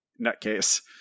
nutcase